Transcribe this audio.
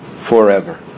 forever